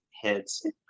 heads